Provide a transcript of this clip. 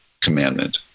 commandment